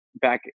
back